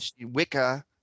Wicca